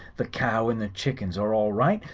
the cow and the chickens are all right,